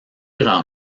grand